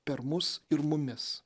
per mus ir mumis